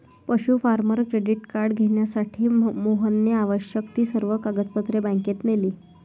पशु farmer credit card घेण्यासाठी मोहनने आवश्यक ती सर्व कागदपत्रे बँकेत नेली